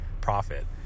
profit